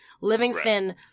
Livingston